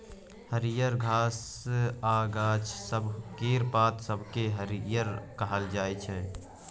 हरियर घास आ गाछ सब केर पात सबकेँ हरियरी कहल जाइ छै